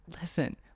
listen